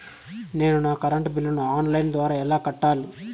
నేను నా కరెంటు బిల్లును ఆన్ లైను ద్వారా ఎలా కట్టాలి?